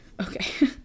Okay